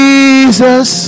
Jesus